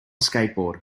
skateboard